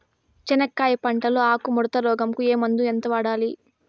చెనక్కాయ పంట లో ఆకు ముడత రోగం కు ఏ మందు ఎంత వాడాలి?